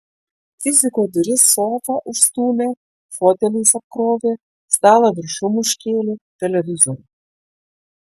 fiziko duris sofa užstūmė foteliais apkrovė stalą viršum užkėlė televizorių